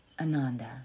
ananda